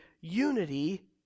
unity